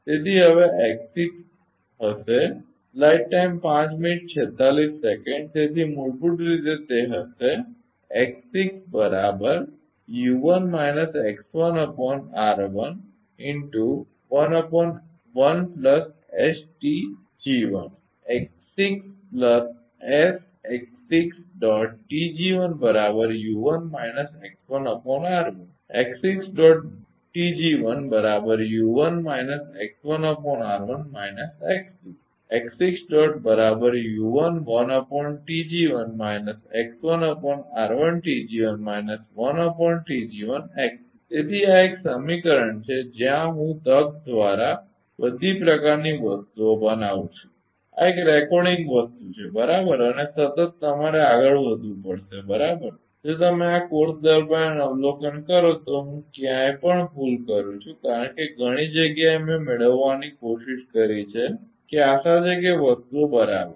તેથી હવે x6 હશે તેથી મૂળભૂત રીતે તે હશે તેથી આ એક સમીકરણ છે જ્યાં હું તક દ્વારા બધી પ્રકારની વસ્તુઓ બનાવું છું આ એક રેકોર્ડિંગ વસ્તુ છે બરાબર અને સતત તમારે આગળ વધવું પડશે બરાબરજો તમે આ કોર્સ દરમ્યાન અવલોકન કરો તો હું ક્યાંય પણ ભૂલ કરું છું કારણ કે ઘણી જગ્યાએ મેં મેળવવાની કોશિશ કરી છે કે આશા છે કે વસ્તુઓ બરાબર છે